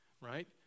right